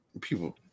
people